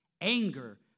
Anger